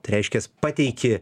tai reiškias pateiki